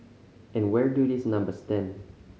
and where do these numbers stand